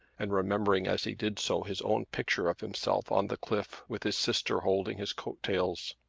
and remembering as he did so his own picture of himself on the cliff with his sister holding his coat-tails.